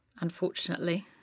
unfortunately